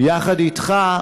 יחד אתך,